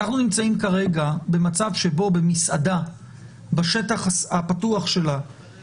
אנחנו נמצאים כרגע במצב שבו בשטח פתוח של מסעדה